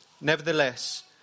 Nevertheless